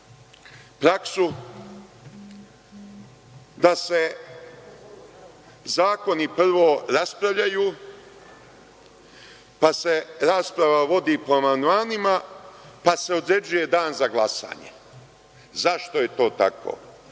praksu da se zakoni prvo raspravljaju, pa se rasprava vodi po amandmanima, pa se određuje dan za glasanje. Zašto je to tako?